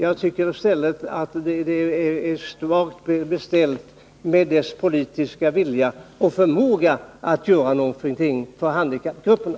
Det är istället svagt beställt med dess politiska vilja och förmåga att göra något för handikappgrupperna.